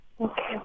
Okay